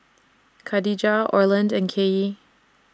Kadijah Orland and Kaylee